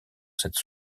cette